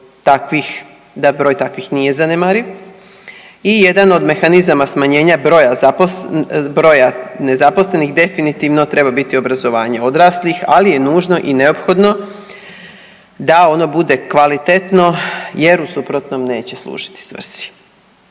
da broj takvih nije zanemariv i jedan od mehanizama smanjenja broja nezaposlenih definitivno treba biti obrazovanje odraslih ali je nužno i neophodno da ono bude kvalitetno jer u suprotnom neće služiti svrsi.